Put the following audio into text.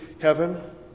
heaven